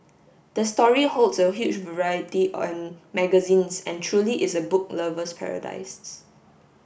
the story holds a huge variety magazines and truly is a book lover's paradises